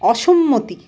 অসম্মতি